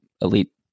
elite